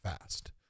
fast